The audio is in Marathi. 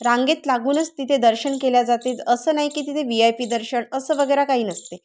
रांगेत लागूनच तिथे दर्शन केले जाते असं नाही की तिथे वी आय पी दर्शन असं वगैरे काही नसते